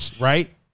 right